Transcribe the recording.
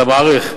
אתה מעריך.